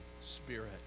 Spirit